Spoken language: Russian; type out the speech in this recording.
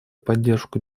поддержку